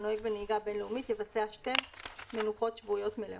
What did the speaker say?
הנוהג בנהיגה בין-לאומית יבצע שתי מנוחות שבועיות מלאות.